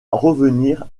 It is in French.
revenir